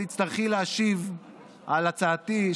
את תצטרכי להשיב על הצעתי,